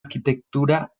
arquitectura